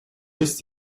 есть